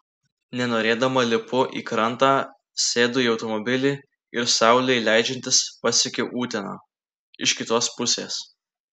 nenorėdama lipu į krantą sėdu į automobilį ir saulei leidžiantis pasiekiu uteną iš kitos pusės